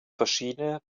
verschiedene